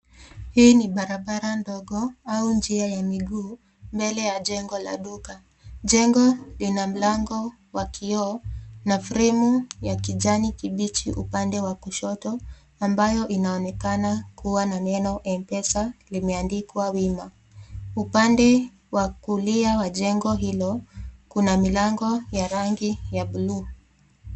Hii ni barabara ndogo au njia ya miguu mbele ya jengo la duka. Jengo lina mlango wa kioo na fremu ya kijani kibichi upande wa kushoto ambayo inaonekana kuwa na neno mpesa limeandikwa wima, upande wa kulia wa jengo hilo kuna milango ya rangi ya buluu.